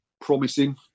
promising